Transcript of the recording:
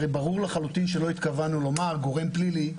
הרי ברור לחלוטין שלא התכוונו לומר גורם פלילי.